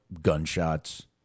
gunshots